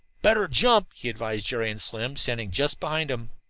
better jump! he advised jerry and slim, standing just behind him.